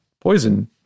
poison